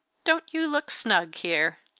don't you look snug here?